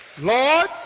Lord